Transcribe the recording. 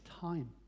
time